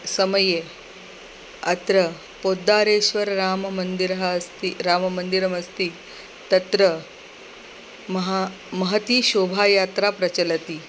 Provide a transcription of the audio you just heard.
समये अत्र पोद्दारेश्वरराममन्दिरः अस्ति राममन्दिरमस्ति तत्र महा महती शोभयात्रा प्रचलति